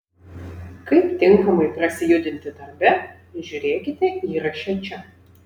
kaip tinkamai prasijudinti darbe žiūrėkite įraše čia